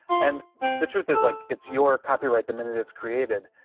and the truth is, like, it's your copyright, the minute it's created,